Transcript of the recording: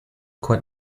quite